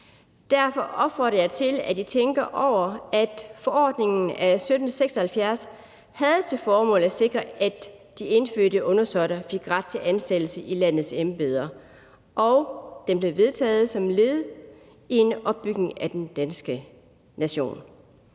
Derfor opfordrer jeg til, at I tænker over, at forordningen af 1776 havde til formål at sikre, at de indfødte undersåtter fik ret til ansættelse i landets embeder, og at den blev vedtaget som led i en opbygning af den danske nation.